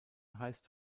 heisst